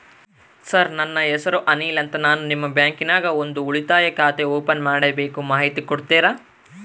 Sir ನನ್ನ ಹೆಸರು ಅನಿಲ್ ಅಂತ ನಾನು ನಿಮ್ಮ ಬ್ಯಾಂಕಿನ್ಯಾಗ ಒಂದು ಉಳಿತಾಯ ಖಾತೆ ಓಪನ್ ಮಾಡಬೇಕು ಮಾಹಿತಿ ಕೊಡ್ತೇರಾ?